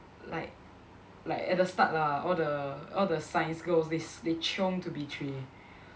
like like at the start lah all the all the science girls they s~ they chiong to B three